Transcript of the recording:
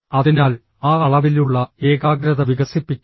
അതിനാൽ ആ അളവിലുള്ള ഏകാഗ്രത വികസിപ്പിക്കുക